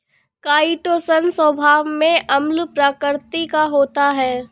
chitosan स्वभाव में अम्ल प्रकृति का होता है